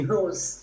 Rose